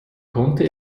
konnte